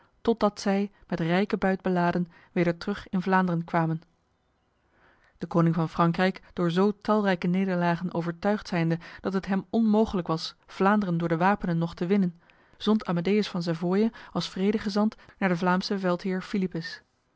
totdat zij met rijke buit beladen weder terug in vlaanderen kwamen de koning van frankrijk door zo talrijke nederlagen overtuigd zijnde dat het hem onmogelijk was vlaanderen door de wapenen nog te winnen zond amedeus van savoye als vredegezant naar de vlaamse veldheer philippus